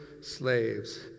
slaves